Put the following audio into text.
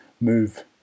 move